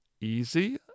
easy